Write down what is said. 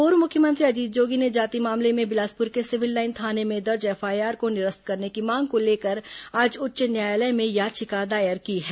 पूर्व मुख्यमंत्री अजीत जोगी ने जाति मामले में बिलासपुर के सिविल लाइन थाने में दर्ज एफआईआर को निरस्त करने की मांग को लेकर आज उच्च न्यायालय में याचिका दायर की है